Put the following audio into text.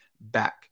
back